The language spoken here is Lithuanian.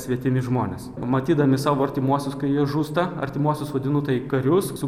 svetimi žmonės matydami savo artimuosius kai jie žūsta artimuosius vadinu tai karius su